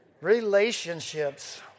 Relationships